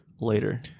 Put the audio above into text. Later